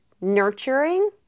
nurturing